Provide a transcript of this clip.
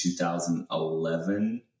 2011